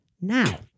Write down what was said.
Now